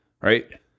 right